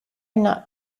not